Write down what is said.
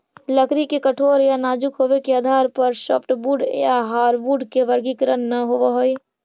लकड़ी के कठोर या नाजुक होबे के आधार पर सॉफ्टवुड या हार्डवुड के वर्गीकरण न होवऽ हई